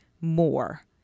more